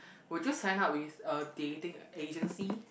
would you sign up with a dating agency